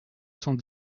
cent